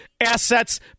assets